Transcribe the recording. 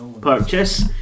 purchase